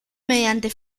mediante